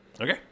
Okay